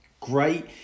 great